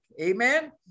Amen